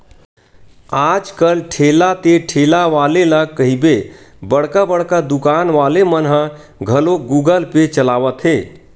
आज कल ठेला ते ठेला वाले ला कहिबे बड़का बड़का दुकान वाले मन ह घलोक गुगल पे चलावत हे